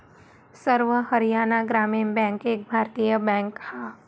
सर्व हरयाणा ग्रामीण बॅन्क एक भारतीय बॅन्क हा